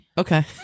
Okay